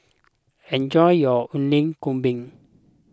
enjoy your Alu Gobi